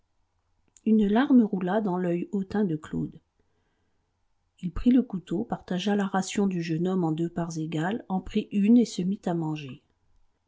une larme roula dans l'œil hautain de claude il prit le couteau partagea la ration du jeune homme en deux parts égales en prit une et se mit à manger